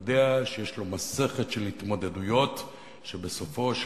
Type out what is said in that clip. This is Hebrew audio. יודע שיש לו מסכת של התמודדויות שבסופו של